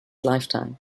lifetime